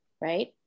right